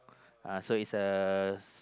uh so is a